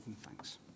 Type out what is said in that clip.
thanks